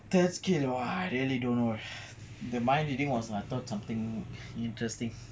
third skill !wah! really don't know the mind reading is I thought something interesting